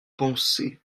pensez